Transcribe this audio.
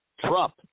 Trump